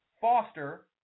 Foster